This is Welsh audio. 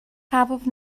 cafodd